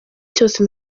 cyose